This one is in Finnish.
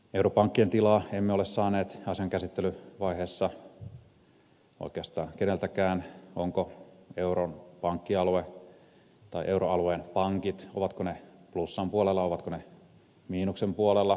europankkien tilaa emme ole saaneet asian käsittelyvaiheessa oikeastaan keneltäkään onko euroalueen pankit plussan puolella ovatko ne miinuksen puolella